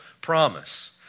promise